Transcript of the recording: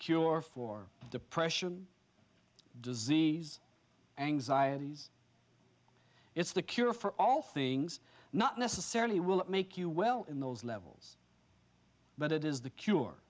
cure for depression disease anxieties it's the cure for all things not necessarily will it make you well in those levels but it is the cure